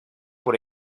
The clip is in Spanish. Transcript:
por